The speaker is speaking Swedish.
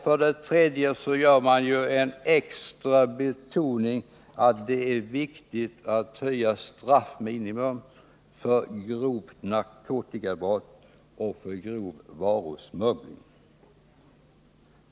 För det tredje betonar man extra att det är viktigt att höja straffminimum för grovt narkotikabrott och för grov varusmuggling.